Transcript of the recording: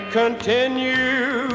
continue